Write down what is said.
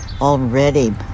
Already